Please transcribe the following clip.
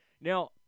Now